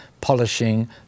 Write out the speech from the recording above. polishing